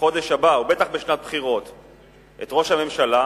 בחודש הבא או בטח בשנת בחירות את ראש הממשלה,